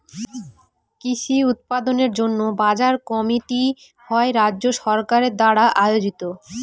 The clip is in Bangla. কৃষি উৎপাদনের জন্য বাজার কমিটি হয় রাজ্য সরকার দ্বারা আয়োজিত